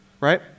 Right